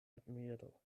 admiro